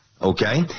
Okay